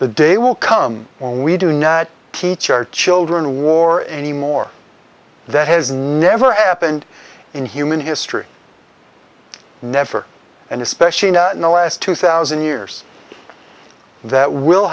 the day will come when we do not teach our children war anymore that has never happened in human history never and especially not in the last two thousand years that will